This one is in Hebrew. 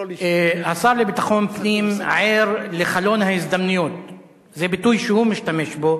השר לביטחון פנים ער לחלון ההזדמנויות זה ביטוי שהוא משתמש בו,